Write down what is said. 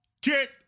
Get